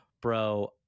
Bro